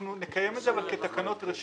נקיים את זה אבל כתקנות רשות.